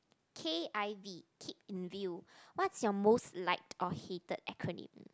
k_i_v keep in view what's your most liked or hated acronym